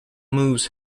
moves